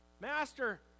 Master